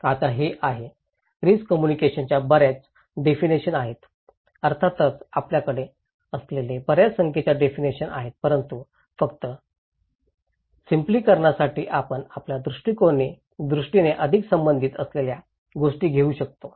आता हे आहे रिस्क कम्युनिकेशनच्या बर्याच डेफिनेशन आहेत अर्थातच आपल्याकडे असलेल्या बऱ्याच संख्येच्या डेफिनेशन आहेत परंतु फक्त सरलीकरणासाठी आपण आपल्या दृष्टीने अधिक संबंधित असलेल्या गोष्टी घेऊ शकतो